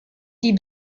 die